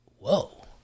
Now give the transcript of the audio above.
whoa